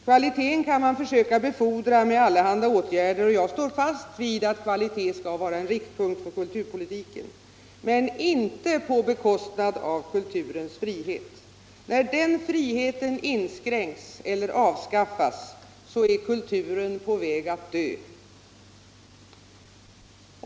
Kvaliteten kan man försöka befordra med allehanda åtgärder, och jag står fast vid att kvalitet skall vara en riktpunkt för kulturpolitiken, men inte på bekostnad av kulturens frihet. När den friheten inskränks eller avskaffas är kulturen på väg att dö.